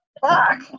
Fuck